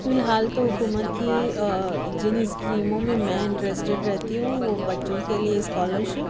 فی الحال تو حکومت کی جن اسکیموں میں میں انٹسرسٹیڈ رہتی ہوں وہ بچوں کے لیے اسکالرشپ